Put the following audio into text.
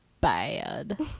bad